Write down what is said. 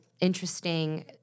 interesting